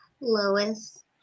Lois